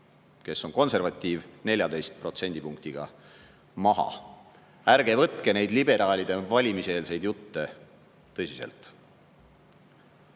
kes on konservatiiv, 14 protsendipunktiga maha. Ärge võtke neid liberaalide valimiseelseid jutte tõsiselt! Hea